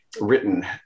written